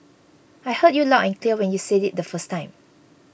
I heard you loud and clear when you said it the first time